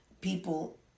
People